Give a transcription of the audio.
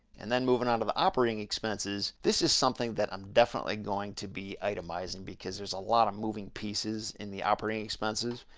and then moving on to the operating expenses, this is something that i'm definitely going to be itemizing, because there's a lot of moving pieces in the operating expenses.